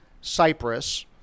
Cyprus